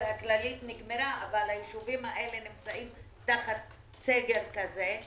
הכללי נגמרה אבל הישובים האלה נמצאים תחת סגר כזה.